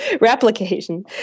replication